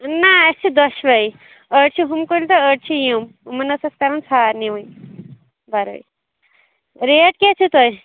نَہ اسہِ چھِ دۄشوَے أڑۍ چھِ ہُم کُلۍ تہٕ أڑۍ چھِ یِم یِمن ٲس اسہِ کَرٕنۍ سارنٕے وۄنۍ بَرٲے ریٹ کیاہ چھِ تۄہہِ